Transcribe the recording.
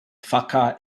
fakhar